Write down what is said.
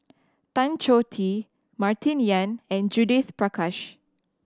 Tan Choh Tee Martin Yan and Judith Prakash